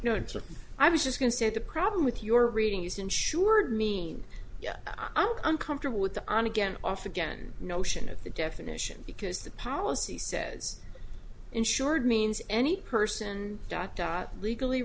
or i was just going to say the problem with your reading is insured mean yes i'm uncomfortable with the on again off again notion of the definition because the policy says insured means any person dot dot legally